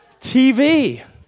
TV